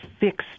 fixed